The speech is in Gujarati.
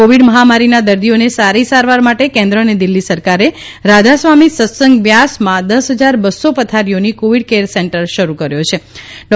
કોવિડ મહામારીના દર્દીઓને સારી સારવાર માટે કેન્દ્ર અને દિલ્ફી સરકારે રાધાસ્વામી સતસંગ બ્યાસમાં દસ હજાર બસો પથારીઓની કોવિડ કેર સેન્ટર શરૂ કર્યો છે ડૉ